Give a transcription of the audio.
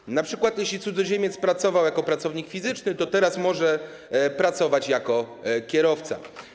Jeśli np. cudzoziemiec pracował jako pracownik fizyczny, to teraz może pracować jako kierowca.